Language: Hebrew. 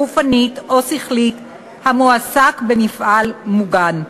גופנית או שכלית המועסק במפעל מוגן.